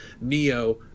neo